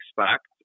expect